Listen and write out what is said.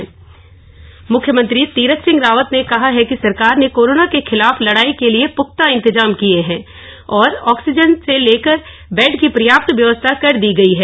life support ambulance मुख्यमंत्री तीरथ सिंह रावत ने कहा है कि सरकार ने कोरोना के खिलाफ लड़ाई के लिए पुख्ता इंतजाम किए हैं और ऑक्सीजन से लेकर बेड की पर्याप्त व्यवस्था कर दी की गई है